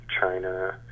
China